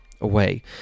away